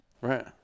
Right